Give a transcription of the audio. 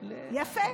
יפה.